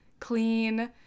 clean